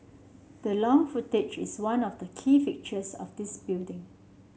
the long frontage is one of the key features of this building